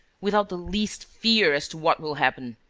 without the least fear as to what will happen.